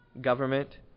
government